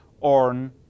on